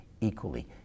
equally